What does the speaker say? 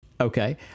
okay